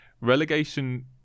Relegation